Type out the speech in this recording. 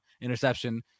Interception